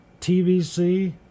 TVC